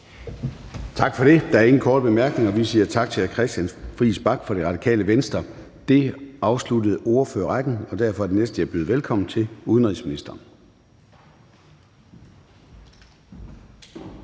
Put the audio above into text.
Tak for det. Der er ingen korte bemærkninger. Vi siger tak til hr. Christian Friis Bach fra Radikale Venstre. Det afsluttede ordførerrækken, og derfor er den næste, jeg byder velkommen til, udenrigsministeren.